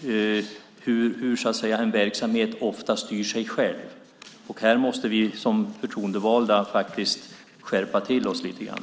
med att en verksamhet ofta styr sig själv. Här måste vi som förtroendevalda faktiskt skärpa oss lite.